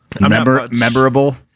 Memorable